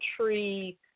tree